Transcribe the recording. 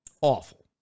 Awful